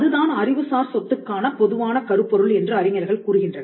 அதுதான் அறிவுசார் சொத்துக்கான பொதுவான கருப்பொருள் என்று அறிஞர்கள் கூறுகின்றனர்